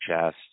chest